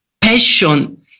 passion